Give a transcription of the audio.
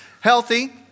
Healthy